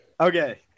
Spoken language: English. Okay